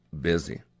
busy